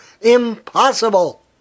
impossible